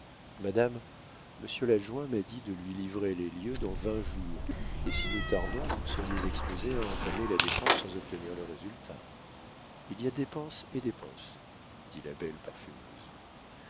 réfléchir madame monsieur l'adjoint m'a dit de lui livrer les lieux dans vingt jours et si nous tardons vous seriez exposés à entamer la dépense sans obtenir le résultat il y a dépenses et dépenses dit la belle parfumeuse